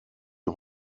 une